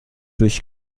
durch